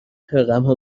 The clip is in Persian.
رقمها